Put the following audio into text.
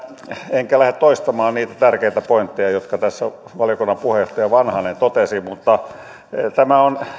enkä lähde toistamaan niitä tärkeitä pointteja jotka tässä valiokunnan puheenjohtaja vanhanen totesi että tämä on